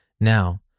Now